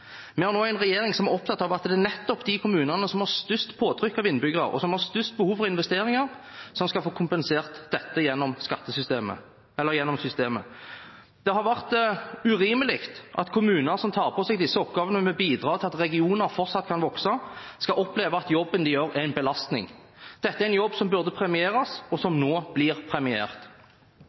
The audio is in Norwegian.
Vi har nå en regjering som er opptatt av at det er nettopp de kommunene som har størst påtrykk av innbyggere og størst behov for investeringer, som skal få kompensert dette gjennom systemet. Det har vært urimelig at kommuner som tar på seg disse oppgavene med å bidra til at regioner fortsatt kan vokse, skal oppleve at jobben de gjør er en belastning. Dette er en jobb som burde premieres, og som nå bli premiert.